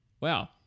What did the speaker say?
Wow